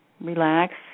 relax